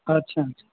અચ્છા અચ્છા